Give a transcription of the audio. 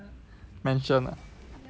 mansion ah